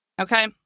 okay